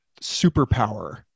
superpower